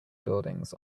buildings